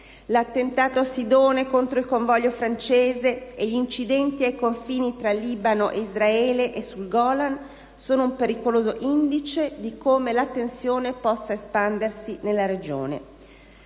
l'attentato a Sidone contro il contingente francese e gli incidenti ai confini fra Libano e Israele e sul Golan sono un pericoloso indice di come la tensione possa diffondersi nella regione.